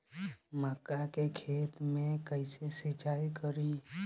मका के खेत मे कैसे सिचाई करी?